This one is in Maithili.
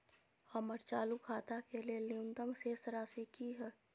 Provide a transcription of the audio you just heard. हमर चालू खाता के लेल न्यूनतम शेष राशि की हय?